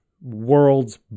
world's